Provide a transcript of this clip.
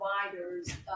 providers